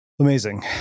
Amazing